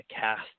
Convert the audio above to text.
cast